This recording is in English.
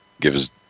gives